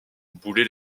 boulay